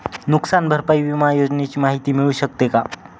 नुकसान भरपाई विमा योजनेची माहिती मिळू शकते का?